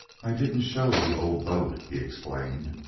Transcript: i didn't show the old boat, he explained,